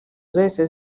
zahise